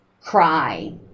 cry